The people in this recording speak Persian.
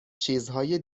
چیزهای